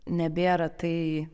nebėra tai